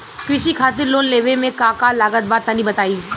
कृषि खातिर लोन लेवे मे का का लागत बा तनि बताईं?